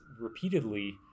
repeatedly